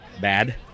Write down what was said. bad